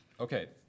Okay